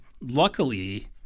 luckily